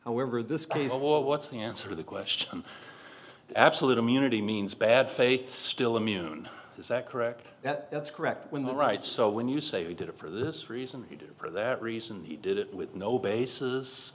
however this case what's the answer the question absolute immunity means bad faith still immune to that it's correct when the right so when you say we did it for this reason he did for that reason he did it with no basis